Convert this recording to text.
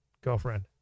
girlfriend